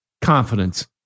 Confidence